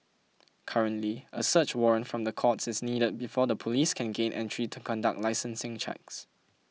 currently a search warrant from the courts is needed before the police can gain entry to conduct licensing checks